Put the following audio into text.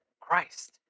Christ